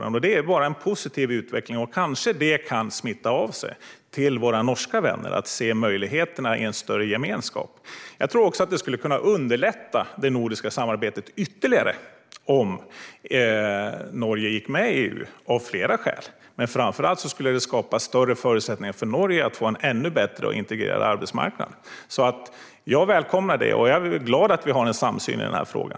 Den utvecklingen är enbart positiv, och det kanske kan smitta av sig på våra norska vänner så att de ser möjligheterna i en större gemenskap. Jag tror också att det skulle kunna underlätta det nordiska samarbetet ytterligare om Norge gick med i EU, av flera skäl. Framför allt skulle det skapa större förutsättningar för Norge att få en ännu bättre och integrerad arbetsmarknad. Jag välkomnar alltså det, och jag är glad att vi har samsyn i den frågan.